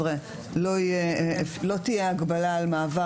לא תהיה הגבלה על מעבר,